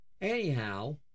Anyhow